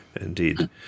Indeed